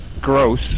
gross